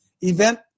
event